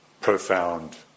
profound